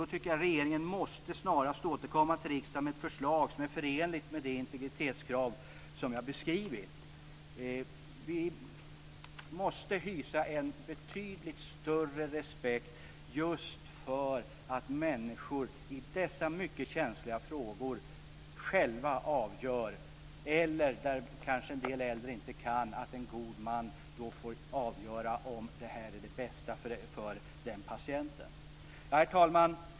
Jag tycker att regeringen snarast måste återkomma till riksdagen med ett förslag som är förenligt med de integritetskrav som jag har beskrivit. Vi måste hysa en betydligt större respekt för att människor i dessa mycket känsliga frågor själva ska få avgöra, eller att i en del fall där äldre kanske inte klarar det en god man får avgöra vad som är det bästa för patienten. Herr talman!